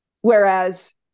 Whereas